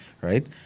right